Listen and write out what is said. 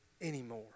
anymore